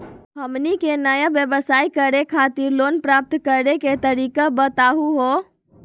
हमनी के नया व्यवसाय करै खातिर लोन प्राप्त करै के तरीका बताहु हो?